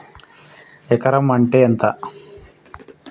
ఎకరం అంటే ఎంత?